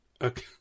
Okay